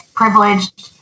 privileged